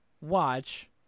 watch